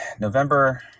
November